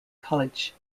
college